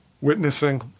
Witnessing